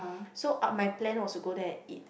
so up my plan was go there and eat